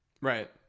Right